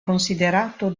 considerato